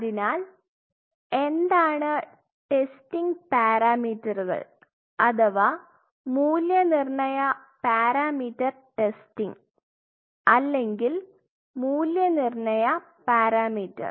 അതിനാൽ എന്താണ് ടെസ്റ്റിംഗ് പാരാമീറ്ററുകൾ അഥവാ മൂല്യനിർണ്ണയ പാരാമീറ്റർ ടെസ്റ്റിംഗ് അല്ലെങ്കിൽ മൂല്യനിർണ്ണയ പാരാമീറ്റർ